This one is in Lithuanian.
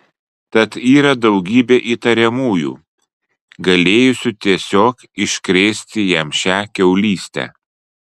tad yra daugybė įtariamųjų galėjusių tiesiog iškrėsti jam šią kiaulystę